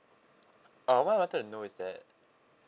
uh what I wanted to know is that